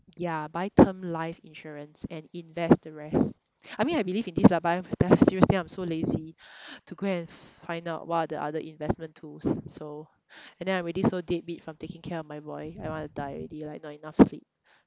ya buy term life insurance and invest the rest I mean I believe in this lah but I'm seriously I'm so lazy to go and find out what are the other investment tools so and then I'm already so dead beat from taking care of my boy I want to die already like not enough sleep